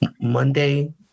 Monday